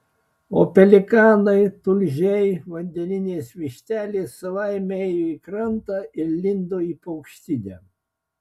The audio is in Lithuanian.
o pelikanai tulžiai vandeninės vištelės savaime ėjo į krantą ir lindo į paukštidę